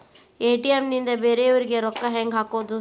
ATM ನಿಂದ ಬೇರೆಯವರಿಗೆ ರೊಕ್ಕ ಹೆಂಗ್ ಹಾಕೋದು?